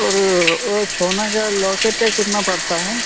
और वह एक सोने का लॉकेट का कितना पड़ता है